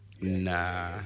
Nah